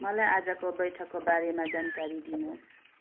मलाई आजको बैठकको बारेमा जानकारी दिनुहोस्